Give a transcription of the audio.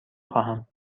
خواهم